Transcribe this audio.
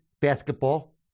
basketball